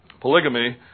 polygamy